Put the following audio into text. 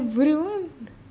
everyone